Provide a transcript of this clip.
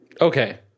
okay